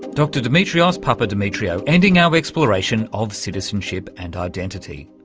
dr demetrios papademetriou ending our exploration of citizenship and identity.